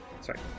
Sorry